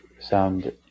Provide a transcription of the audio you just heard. sound